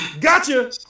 gotcha